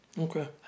Okay